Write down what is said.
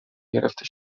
گرفته